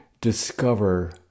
discover